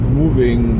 moving